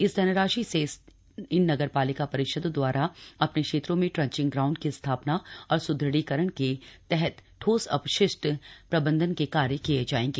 इस धनराशि से इन नगर पालिका परिषदों द्वारा अपने क्षेत्रों में ट्रंचिंग ग्राउंड की स्थापना और सृदृढ़ीकरण के तहत ठोस अपशिष्ट प्रबंधन के कार्य किये जायेंगे